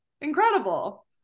incredible